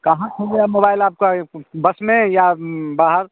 कहाँ खो गया मोबाईल आपका यह बस में या बाहर